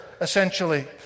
essentially